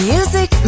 Music